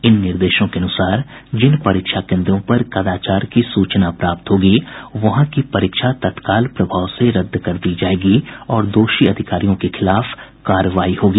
इन निर्देशों के अनुसार जिन परीक्षा केन्द्रों पर कदाचार की सूचना प्राप्त होगी वहां की परीक्षा तत्काल प्रभाव से रद्द कर दी जायेगी और दोषी अधिकारियों के खिलाफ कार्रवाई की जायेगी